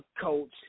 coach